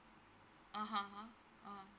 (uh huh) !huh! ah